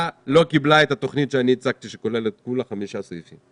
ולא קיבלה את התוכנית שהצגתי שכוללת חמישה סעיפים.